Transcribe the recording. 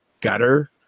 gutter